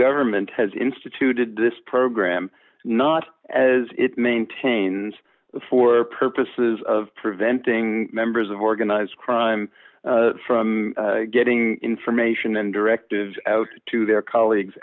government has instituted this program not as it maintains for purposes of preventing members of organized crime from getting information and directive out to their colleagues